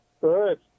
Good